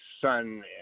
son